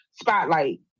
Spotlight